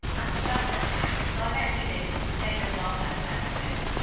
as the burden of tax is directly linked to the scale of welfare services.